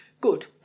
good